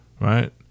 right